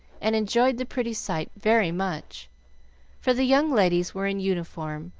and enjoyed the pretty sight very much for the young ladies were in uniform,